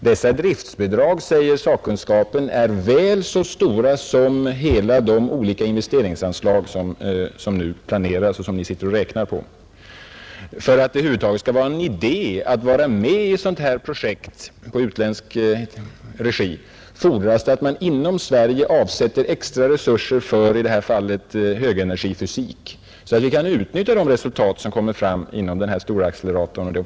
Dessa driftsbidrag blir enligt sakkunskapen väl så stora som de investeringsanslag regeringen nu räknar på. För det andra: För att det över huvud taget skall vara någon idé att deltaga i projekt i internationell regi fordras att man inom Sverige avsätter extra resurser för i detta fall högenergifysik, så att vi kan utnyttja de resultat som kommer fram.